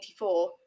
1984